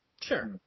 Sure